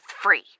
free